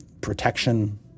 protection